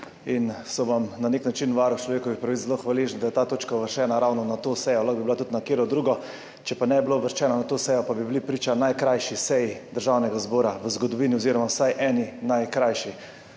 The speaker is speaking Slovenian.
in sem vam na nek način, varuh človekovih pravic, zelo hvaležen, da je ta točka uvrščena ravno na to sejo, lahko bi bila tudi na katero drugo, če pa ne bi bila uvrščena na to sejo, pa bi bili priča najkrajši seji Državnega zbora v zgodovini oziroma vsaj eni najkrajših.